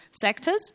sectors